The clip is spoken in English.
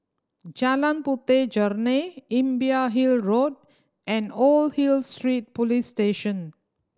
Jalan Puteh Jerneh Imbiah Hill Road and Old Hill Street Police Station